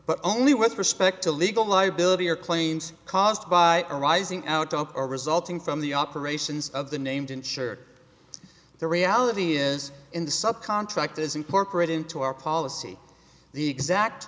but only with respect to legal liability or claims caused by arising out of a resulting from the operations of the named insured the reality is in the sub contractors incorporate into our policy the exact